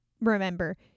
remember